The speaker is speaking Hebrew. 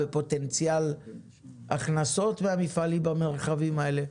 בפוטנציאל הכנסות והמפעלים במרחבים האלה.